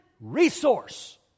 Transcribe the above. resource